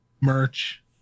merch